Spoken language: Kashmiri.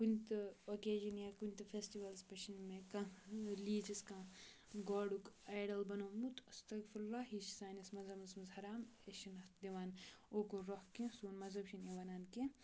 کُنہِ تہِ اوکیجَن یا کُنہِ تہِ فٮ۪سٹِوَلَس پٮ۪ٹھ چھِنہٕ مےٚ کانٛہہ رِلیٖجَس کانٛہہ گاڈُک اَیڈَل بَنومُت اَستَغفِرُاللہ ہی چھِ سٲنِس مذہَبَس منٛز حَرام أسۍ چھِنہٕ اَتھ دِوان اوکُن رۄخ کیٚنٛہہ سون مذہَب چھِنہٕ یہِ وَنان کیٚنٛہہ